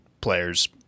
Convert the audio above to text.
players